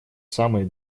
самой